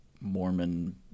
Mormon